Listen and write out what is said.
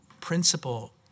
principle